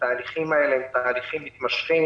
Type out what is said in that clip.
התהליכים האלה הם תהליכים מתמשכים,